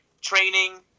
Training